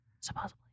Supposedly